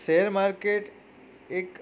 share market એક